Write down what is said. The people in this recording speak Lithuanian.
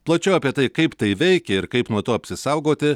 plačiau apie tai kaip tai veikia ir kaip nuo to apsisaugoti